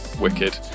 wicked